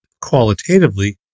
qualitatively